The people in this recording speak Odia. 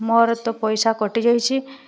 ମୋର ତ ପଇସା କଟିଯାଇଛି